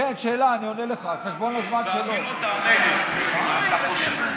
כן, שאלה, אני עונה לך, על חשבון הזמן שלו.